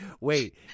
wait